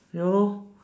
ya lor